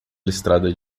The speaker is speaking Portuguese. listrada